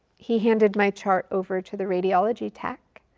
he handed my chart over to the radiology tech.